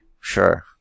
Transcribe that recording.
Sure